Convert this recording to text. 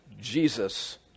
Jesus